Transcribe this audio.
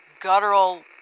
guttural